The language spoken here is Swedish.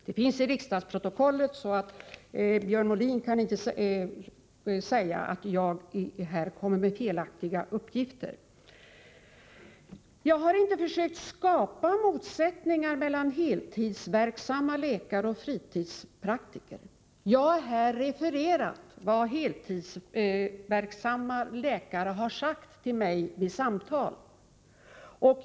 Detta står i riksdagsprotokollet, så Björn Molin kan inte säga att jag kommer med felaktiga uppgifter. Jag har inte försökt skapa motsättningar mellan heltidsverksamma läkare och fritidspraktiker. Jag har här refererat vad heltidsverksamma läkare har sagt till mig vid samtal.